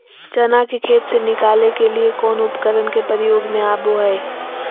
चना के खेत से निकाले के लिए कौन उपकरण के प्रयोग में आबो है?